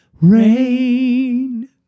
rain